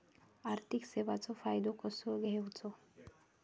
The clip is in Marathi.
आर्थिक सेवाचो फायदो कसो घेवचो?